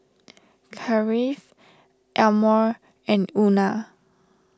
Kathyrn Elmore and Euna